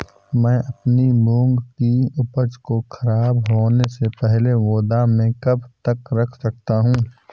मैं अपनी मूंग की उपज को ख़राब होने से पहले गोदाम में कब तक रख सकता हूँ?